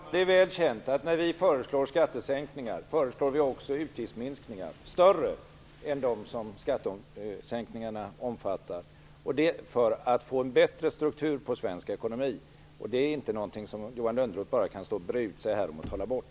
Herr talman! Det är väl känt att när vi föreslår skattesänkningar, föreslår vi också utgiftsminskningar som är större än dem som skattesänkningarna omfattar, och detta för att få en bättre struktur på svensk ekonomi. Det är inte någonting som Johan Lönnroth bara kan stå här och breda ut sig över och trolla bort.